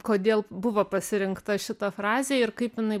kodėl buvo pasirinkta šita frazė ir kaip jinai